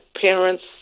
parents